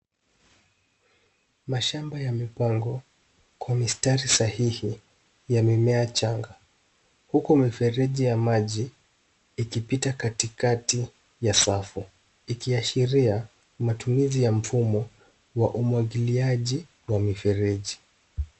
Mashamba yamepangwa kwa mistari sahihi ya mimea changa, huku mifereji ya maji ikipita katikati ya safu, ikiashiria matumizi ya mfumo wa umwagiliaji wa mifereji.